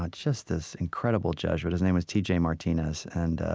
ah just this incredible jesuit. his name was t j. martinez and